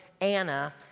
Anna